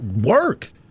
work